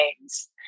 names